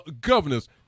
governors